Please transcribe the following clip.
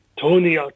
Tony